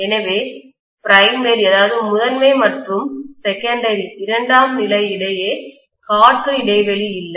எனவே முதன்மை பிரைமரி மற்றும் இரண்டாம் செகண்டரி நிலை இடையே காற்று இடைவெளி இல்லை